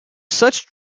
such